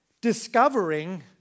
discovering